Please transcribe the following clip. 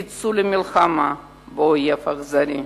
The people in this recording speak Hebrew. יצאו למלחמה באויב האכזרי.